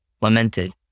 lamented